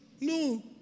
No